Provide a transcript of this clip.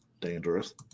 dangerous